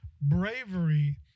Bravery